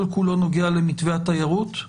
כל כולו נוגע למתווה התיירות?